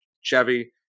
Chevy